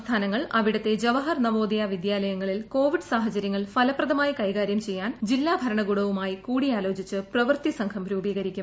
സംസ്ഥാനങ്ങൾ അവിടത്തെ ജവഹർ നവോദയ വിദ്യാലയങ്ങളിൽ കോവിഡ് സാഹചര്യങ്ങൾ ഫലപ്രദമായി കൈകാര്യം ചെയ്യാൻ ജില്ലാ ഭരണകൂടവുമായി കൂടിയാലോചിച്ച് പ്രവൃത്തി സംഘം രൂപീകരിക്കും